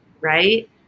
right